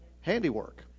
handiwork